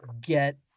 get